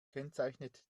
kennzeichnet